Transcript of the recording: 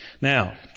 Now